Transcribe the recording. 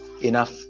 enough